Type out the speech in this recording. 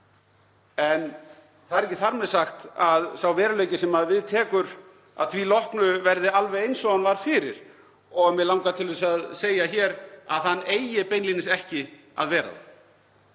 En þar með er ekki sagt að sá veruleiki sem tekur við að því loknu verði alveg eins og hann var fyrir. Og mig langar til að segja hér að hann eigi beinlínis ekki að verða það.